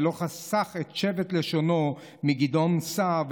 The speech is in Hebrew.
ולא חסך את שבט לשונו מגדעון סער,